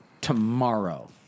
tomorrow